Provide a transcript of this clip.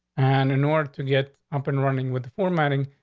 and in order to get up and running with the formatting,